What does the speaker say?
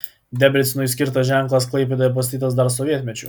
debrecenui skirtas ženklas klaipėdoje pastatytas dar sovietmečiu